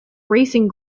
racing